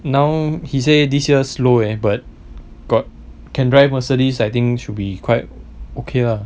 now he said this year's slow and but got can drive mercedes I think should be quite okay lah